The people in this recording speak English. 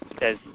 says